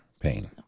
pain